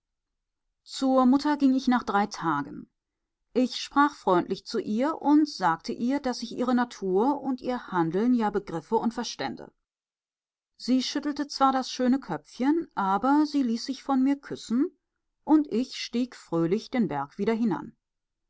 zur mutter ging ich nach drei tagen ich sprach freundlich zu ihr und sagte ihr daß ich ihre natur und ihr handeln ja begriffe und verstände sie schüttelte zwar das schöne köpfchen aber sie ließ sich von mir küssen und ich stieg fröhlich den berg